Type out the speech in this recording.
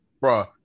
Bro